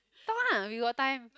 talk ah we got time